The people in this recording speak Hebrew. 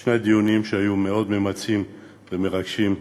בשני הדיונים, שהיו מאוד ממצים ומרגשים,